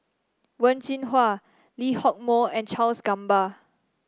Wen Jinhua Lee Hock Moh and Charles Gamba